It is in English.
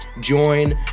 join